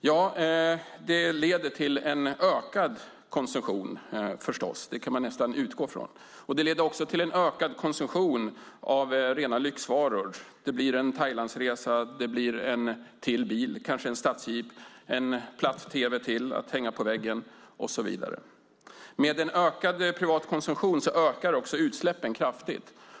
Det leder förstås till en ökad konsumtion. Det kan man utgå från. Det leder också till en ökad konsumtion av rena lyxvaror. Det blir en Thailandsresa, en bil till, kanske en stadsjeep, en platt-tv till att hänga på väggen och så vidare. Med en ökad privatkonsumtion ökar också utsläppen kraftigt.